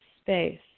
space